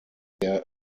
der